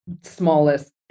smallest